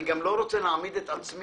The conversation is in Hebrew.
אני גם לא רוצה להעמיד את עצמי